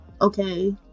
okay